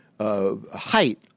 height